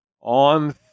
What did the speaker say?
on